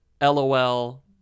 LOL